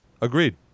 agreed